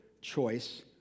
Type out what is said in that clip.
choice